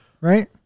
right